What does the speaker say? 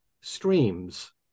streams